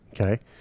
Okay